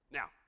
now